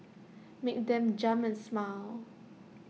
make them jump and smile